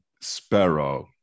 Sparrow